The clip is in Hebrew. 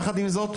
יחד עם זאת,